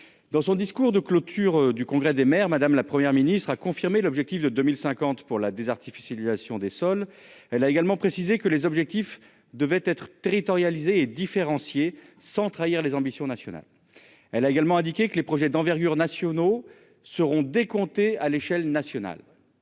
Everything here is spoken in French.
dans son discours de clôture du congrès des maires. Madame, la Première ministre a confirmé l'objectif de 2050 pour la des artificialisation des sols. Elle a également précisé que les objectifs devaient être territorialisées et différenciés, sans trahir les ambitions nationales. Elle a également indiqué que les projets d'envergure nationaux seront décomptés à l'échelle nationale.